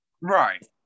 Right